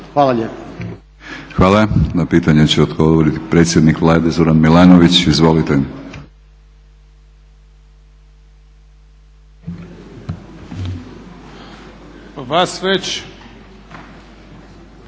(HNS)** Hvala. Na pitanje će odgovoriti predsjednik Vlade Zoran Milanović, izvolite.